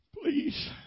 please